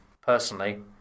Personally